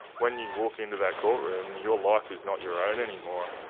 when you walk into that courtroom, your life is not your own anymore.